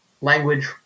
language